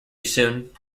soon